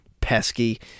pesky